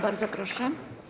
Bardzo proszę.